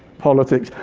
politics.